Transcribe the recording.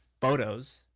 photos